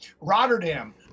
Rotterdam